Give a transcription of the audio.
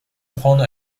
grande